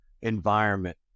environment